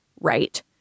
right